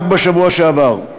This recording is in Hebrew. רק בשבוע שעבר.